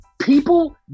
people